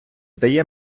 дає